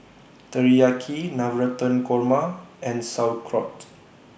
Teriyaki Navratan Korma and Sauerkraut